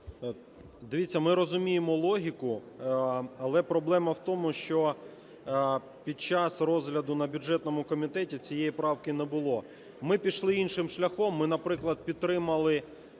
Дивіться, ми розуміємо логіку. Але проблема в тому, що під час розгляду на бюджетному комітеті цієї правки не було. Ми пішли іншим шляхом, ми, наприклад, підтримали